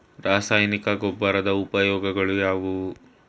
ರಾಸಾಯನಿಕ ಗೊಬ್ಬರದ ಉಪಯೋಗಗಳು ಯಾವುವು?